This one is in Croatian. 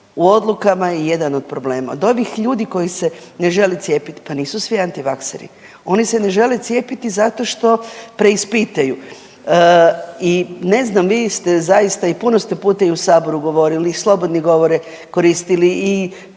u odlukama je jedan od problema. Od ovih ljudi koji se ne žele cijepiti pa nisu svi antivakseri, oni se ne žele cijepiti zato što preispituju i ne znam vi ste zaista i puno ste puta i u saboru govorili i slobodne govore koristili i